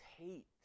hate